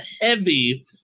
heavy